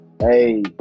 Hey